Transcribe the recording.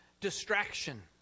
distraction